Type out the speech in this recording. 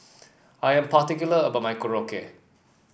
I am particular about my Korokke